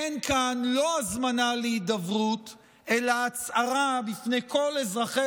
אין כאן הזמנה להידברות אלא הצהרה בפני כל אזרחי